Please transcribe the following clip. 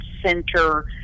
center